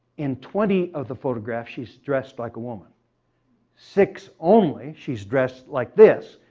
in twenty of the photographs, she's dressed like a woman six only, she's dressed like this.